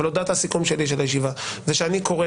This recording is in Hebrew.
אבל הודעת הסיכום שלי של הישיבה שאני קורא